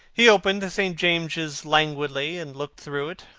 he opened the st. james's languidly, and looked through it.